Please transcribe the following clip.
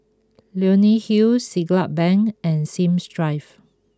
Leonie Hill Siglap Bank and Sims Drive